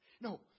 No